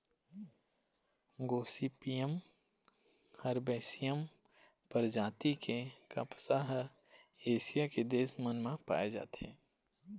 Gossypium herbaceum परजाति के कपसा ह एशिया के देश मन म पाए जाथे